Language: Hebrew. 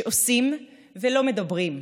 שעושים ולא מדברים,